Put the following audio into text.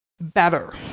better